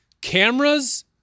cameras